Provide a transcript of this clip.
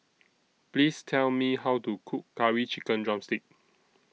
Please Tell Me How to Cook Curry Chicken Drumstick